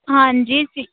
ਹਾਂਜੀ ਜੀ